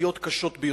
וסביבתיות קשות ביותר.